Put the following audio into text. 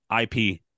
IP